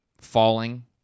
falling